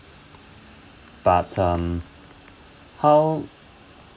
but um how